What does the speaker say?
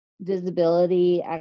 visibility